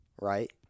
right